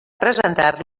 presentar